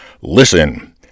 listen